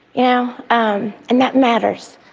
yeah um and that matters.